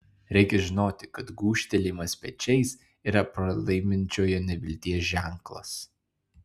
reikia žinoti kad gūžtelėjimas pečiais yra pralaiminčiojo nevilties ženklas